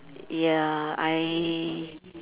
ya I